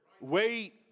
Wait